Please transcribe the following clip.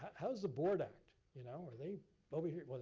how does the board act? you know are they over here, well,